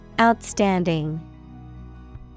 Outstanding